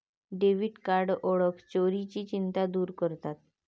debit card ओळख चोरीची चिंता दूर करतात